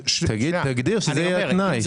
תגדיר שזה יהיה התנאי.